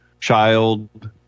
Child